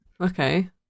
Okay